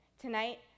tonight